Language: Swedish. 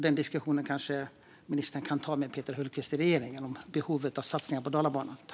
Diskussionen om behovet av satsningar på Dalabanan kan ministern alltså kanske ta med Peter Hultqvist i regeringen.